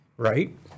right